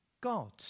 God